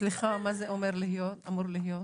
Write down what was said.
סליחה, מה זה אמור להיות,